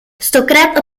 stokrát